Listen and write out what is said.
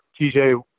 TJ